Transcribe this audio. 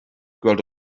gweld